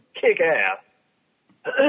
kick-ass